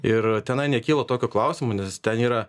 ir tenai nekyla tokio klausimo nes ten yra